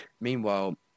Meanwhile